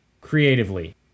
creatively